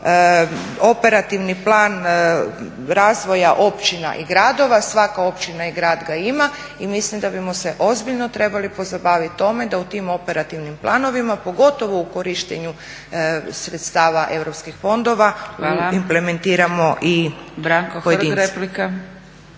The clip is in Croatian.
operativni plan razvoja općina i gradova. Svaka općina i grad ga ima i mislim da bismo se ozbiljno trebali pozabaviti tome da u tim operativnim planovima, pogotovo u korištenju sredstava europskih fondova, implementiramo i pojedince.